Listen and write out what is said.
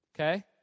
okay